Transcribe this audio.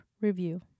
review